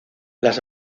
las